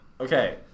Okay